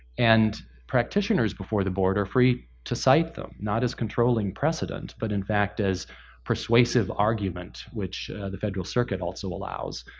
and practitioners before the board are free to cite them, not as controlling precedent, but in fact, as persuasive argument, which the federal circuit also allows.